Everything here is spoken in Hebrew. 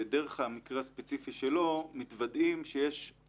ודרך המקרה הספציפי שלו מתוודעים לכך שיש